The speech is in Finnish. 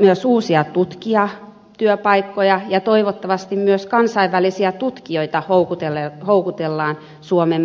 myös uusia tutkijatyöpaikkoja ja toivottavasti myös kansainvälisiä tutkijoita houkutellaan suomen maaperälle